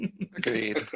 agreed